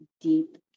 deep